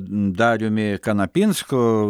dariumi kanapinsku